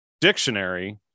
dictionary